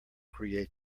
create